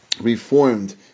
reformed